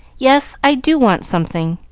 yes, i do want something,